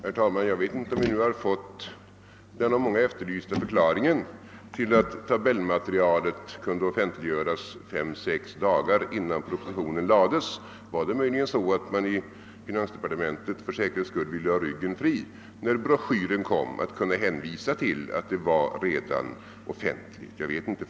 Herr talman! Jag vet inte om vi nu har fått den av många efterlysta förklaringen till att tabellmaterialet kunde offentliggöras fem, sex dagar innan propositionen lades. Var det möjligen så att man i finansdepartementet för säkerhets skull ville ha ryggen fri när broschyren kom att kunna hänvisa till att det redan var offentligt? Jag vet inte!